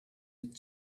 with